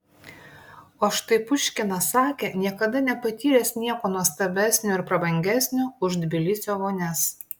o štai puškinas sakė niekada nepatyręs nieko nuostabesnio ir prabangesnio už tbilisio vonias